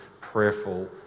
prayerful